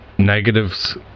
Negatives